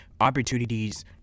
opportunities